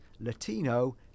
latino